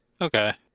okay